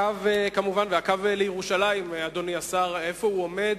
וכמובן, הקו לירושלים, אדוני השר, איפה הוא עומד,